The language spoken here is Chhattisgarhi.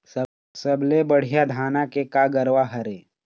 सबले बढ़िया धाना के का गरवा हर ये?